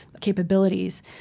capabilities